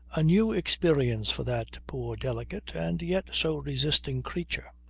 a new experience for that poor, delicate, and yet so resisting creature.